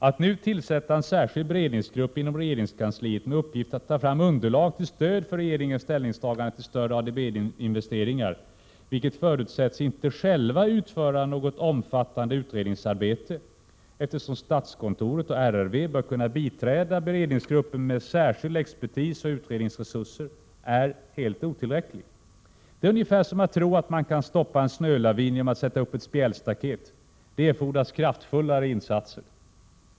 Att nu tillsätta en särskild beredningsgrupp inom regeringskansliet — med uppgift att ta fram underlag till stöd för regeringens ställningstagande till större ADB-investeringar — vilken ”förutsätts inte själv utföra något omfattande utredningsarbete” eftersom ”statskontoret och RRV bör kunna biträda beredningsgruppen med särskild expertis och utredningsresurser” är helt otillräckligt. Det är ungefär som att tro att man kan stoppa en snölavin genom att sätta upp ett spjälstaket. Det erfordras kraftfullare insatser.